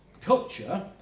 culture